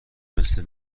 مثل